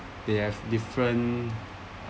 they have different